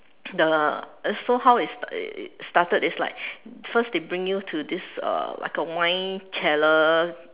the so how it st~ it started is like first they bring you to this uh like a wine cellar